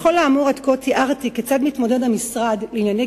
בכל האמור עד כה תיארתי כיצד מתמודד המשרד לענייני